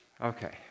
Okay